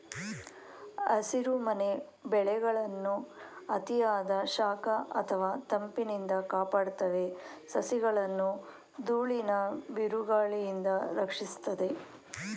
ಹಸಿರುಮನೆ ಬೆಳೆಗಳನ್ನು ಅತಿಯಾದ ಶಾಖ ಅಥವಾ ತಂಪಿನಿಂದ ಕಾಪಾಡ್ತವೆ ಸಸಿಗಳನ್ನು ದೂಳಿನ ಬಿರುಗಾಳಿಯಿಂದ ರಕ್ಷಿಸ್ತದೆ